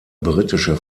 britische